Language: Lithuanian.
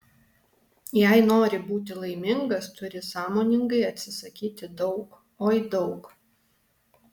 jei nori būti laimingas turi sąmoningai atsisakyti daug oi daug